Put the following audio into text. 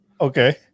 Okay